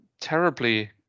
terribly